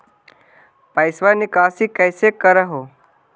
पैसवा निकासी कैसे कर हो?